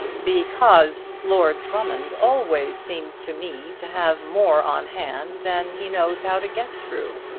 because lord drummond always seems to me to have more on hand than he knows how to get through,